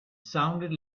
sounded